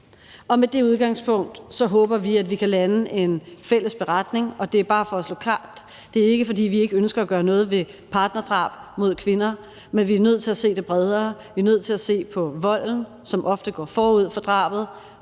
Med det udgangspunkt håber vi, at vi kan lande en fælles beretning. Og bare for, at det skal stå klart: Det er ikke, fordi vi ikke ønsker at gøre noget ved partnerdrab på kvinder, men vi er nødt til at se det bredere; vi er nødt til at se på volden, som ofte går forud for drabet,